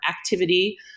activity